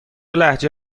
لهجه